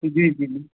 जी जी जी